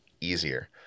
easier